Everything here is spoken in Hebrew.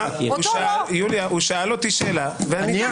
הוא שאל אותי שאלה ועניתי.